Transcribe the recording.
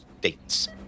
dates